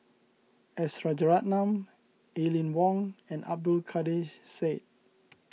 S Rajaratnam Aline Wong and Abdul Kadir Syed